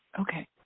Okay